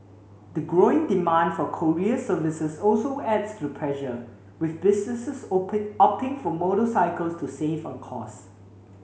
the growing demand for courier services also adds to the pressure with businesses opting for motorcycles to save on costs